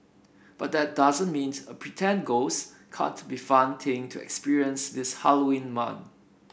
but that doesn't means a pretend ghost can't be fun thing to experience this Halloween month